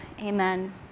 Amen